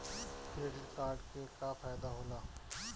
Credit card के का फायदा होला?